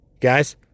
Guys